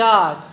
God